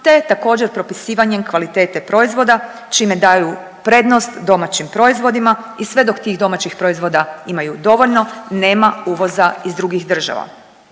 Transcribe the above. te također, propisivanjem kvalitete proizvoda čime daju prednost domaćim proizvodima i sve dok tih domaćih proizvoda imaju dovoljno, nema uvoza iz drugih država.